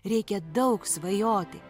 reikia daug svajoti